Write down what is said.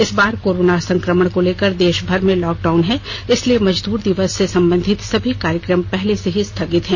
इस बार कोरोना संक्रमण को लेकर देशभर में लॉकडाउन है इसलिए मजदूर दिवस से संबघित सभी कार्यक्रम पहले से ही स्थगित हैं